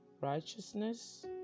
righteousness